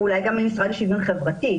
אולי גם מהמשרד לשוויון חברתי,